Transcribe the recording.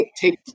take